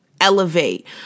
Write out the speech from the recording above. elevate